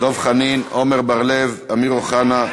דב חנין, עמר בר-לב, אמיר אוחנה.